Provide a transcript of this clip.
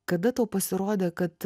kada tau pasirodė kad